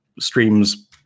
streams